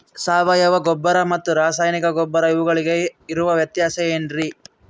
ಸಾವಯವ ಗೊಬ್ಬರ ಮತ್ತು ರಾಸಾಯನಿಕ ಗೊಬ್ಬರ ಇವುಗಳಿಗೆ ಇರುವ ವ್ಯತ್ಯಾಸ ಏನ್ರಿ?